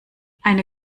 eine